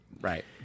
Right